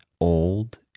old